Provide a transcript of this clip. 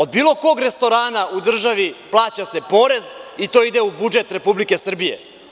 Od bilo kog restorana u državi, plaća se porez i to ide u budžet Republike Srbije.